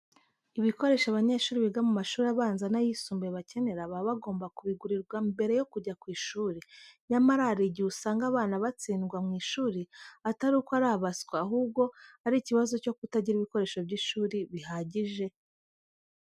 Ibikoresho abanyeshuri biga mu mashuri abanza n'ayisumbuye bakenera baba bagomba kubigurirwa mbere yo kujya ku ishuri. Nyamara, hari igihe usanga abana batsindwa mu ishuri atari uko ari abaswa, ahubwo ari ikibazo cyo kutagira ibikoresho by'ishuri bihagije.